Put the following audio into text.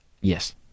Yes